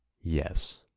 Yes